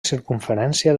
circumferència